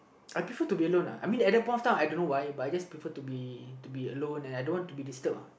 I prefer to be aloneuhI mean at that point of time I don't know why but I just prefer to be to be alone and I don't want to be disturbed uh